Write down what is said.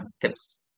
tips